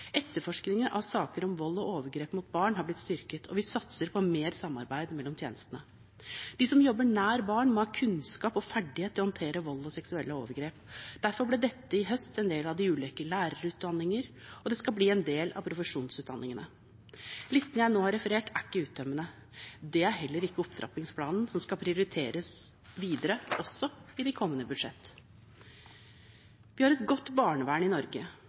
Etterforskningen av saker om vold og overgrep mot barn har blitt styrket. Og vi satser på mer samarbeid mellom tjenestene. De som jobber nær barn, må ha kunnskap og ferdighet til å håndtere vold og seksuelle overgrep. Derfor ble dette i høst en del av de ulike lærerutdanningene, og det skal bli en del av profesjonsutdanningene. Listen jeg nå har referert, er ikke uttømmende. Det er heller ikke opptrappingsplanen, som skal prioriteres videre også i kommende budsjetter. Vi har et godt barnevern i Norge,